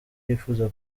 yifuza